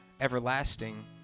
everlasting